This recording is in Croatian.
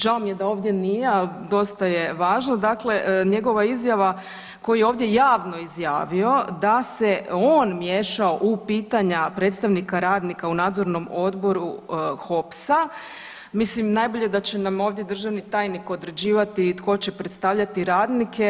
Žao mi je da ovdje nije, a dosta je važno, dakle njegova izjava koju je ovdje javno izjavio da se on miješao u pitanja predstavnika radnika u nadzornom odboru HOPS-a, mislim najbolje da će nam ovdje državni tajnik određivati tko će predstavljati radnike.